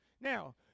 Now